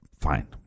fine